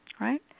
right